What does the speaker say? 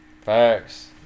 Facts